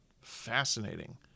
fascinating